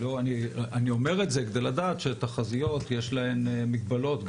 אני אומר את זה כדי לדעת שתחזיות יש להן מגבלות,